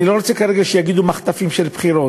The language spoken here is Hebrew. אני לא רוצה כרגע שיגידו: מחטפים של בחירות.